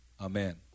Amen